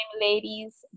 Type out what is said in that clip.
ladies